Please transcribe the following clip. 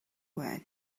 байна